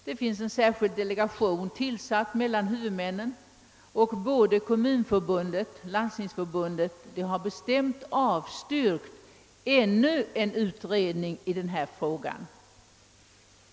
Det finns en särskild delegation tillsatt mellan huvudmännen, och både Svenska kommunförbundet och Svenska landstingsförbundet har bestämt avstyrkt ännu en utredning i denna fråga.